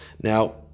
Now